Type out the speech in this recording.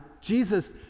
Jesus